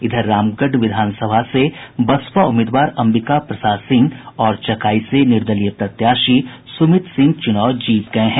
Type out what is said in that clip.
इधर रामगढ़ विधानसभा से बसपा उम्मीदवार अम्बिका प्रसाद सिंह और चकाई से निर्दलीय प्रत्याशी सुमित सिंह चुनाव जीत गये हैं